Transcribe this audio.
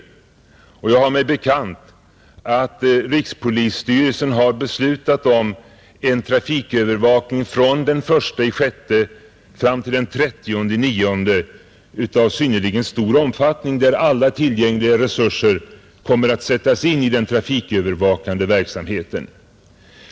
Jag har mig bekant att rikspolisstyrelsen har beslutat om en trafikövervakning av synnerligen stor omfattning från den 1 juni t.o.m., den 30 september. Alla tillgängliga resurser kommer därvid att sättas in i den trafikövervakande verksamheten.